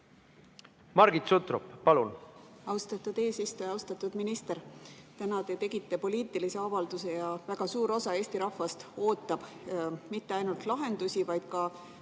Margit Sutrop, palun! Austatud eesistuja! Austatud minister! Täna te tegite poliitilise avalduse ja väga suur osa Eesti rahvast mitte ainult ei oota lahendusi, vaid